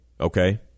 okay